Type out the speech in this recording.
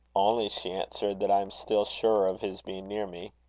only, she answered, that i am still surer of his being near me.